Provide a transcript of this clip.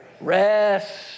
Rest